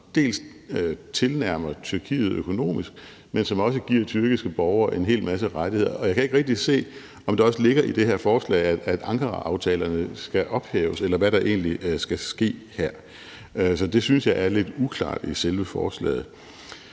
som dels tilnærmer Tyrkiet økonomisk, dels giver tyrkiske borgere en hel masse rettigheder. Jeg kan ikke rigtig se, om der også ligger i det her forslag, at Ankaraaftalen skal ophæves, eller hvad der egentlig skal ske her. Så det synes jeg er lidt uklart i selve forslaget.